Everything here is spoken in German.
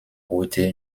heute